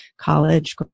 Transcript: college